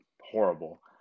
horrible